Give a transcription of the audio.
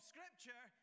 Scripture